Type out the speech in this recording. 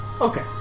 Okay